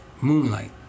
Moonlight